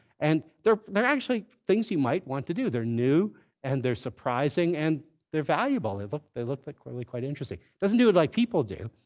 and they're they're actually things you might want to do. they're new and they're surprising and they're valuable. they look they look but really quite interesting. doesn't do it like people do.